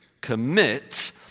commit